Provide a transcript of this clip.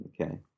Okay